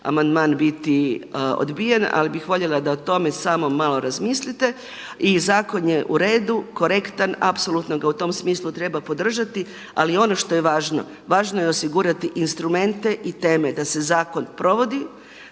amandman biti odbijen ali bih voljela da o tome samo malo razmislite. I zakon je u redu, korektan, apsolutno ga u tom smislu treba podržati. Ali ono što je važno, važno je osigurati instrumente i teme da se zakon provodi,